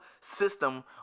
system